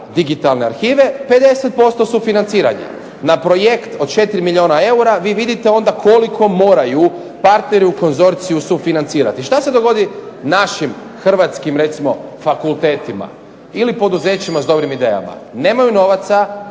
digitalne arhive 50% sufinanciranja. Na projekt od 4 milijuna eura vi vidite onda koliko moraju partneri u konzorciju sufinancirati. Šta se dogodi našim hrvatskim recimo fakultetima ili poduzećima s dobrim idejama? Nemaju novaca,